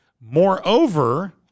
Moreover